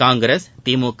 Congress திமுக